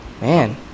Man